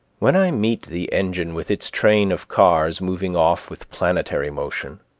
when i meet the engine with its train of cars moving off with planetary motion